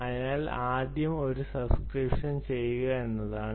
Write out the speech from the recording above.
അതിനാൽ ആദ്യം ഒരു സബ്സ്ക്രിപ്ഷൻ ചെയ്യുക എന്നതാണ്